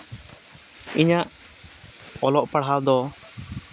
ᱤᱧᱟᱹᱜ ᱚᱞᱚᱜ ᱯᱟᱲᱦᱟᱣ ᱫᱚ